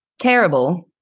terrible